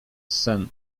sen